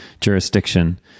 jurisdiction